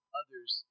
others